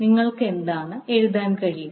നിങ്ങൾക്ക് എന്താണ് എഴുതാൻ കഴിയുക